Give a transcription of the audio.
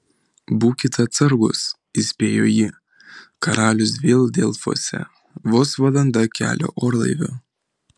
būkit atsargūs įspėjo ji karalius vėl delfuose vos valanda kelio orlaiviu